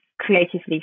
creatively